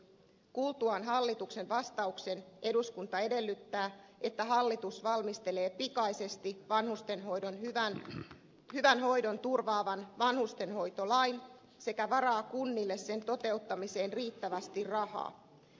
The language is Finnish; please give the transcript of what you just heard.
kuultuaan hallituksen vastauksen eduskunta edellyttää että hallitus valmistelee pikaisesti vanhusten hyvän hoidon turvaavan vanhustenhoitolain sekä varaa kunnille sen toteuttamiseen riittävästi rahaa